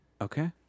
Okay